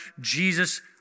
Jesus